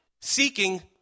seeking